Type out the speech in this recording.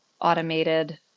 automated